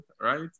right